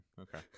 Okay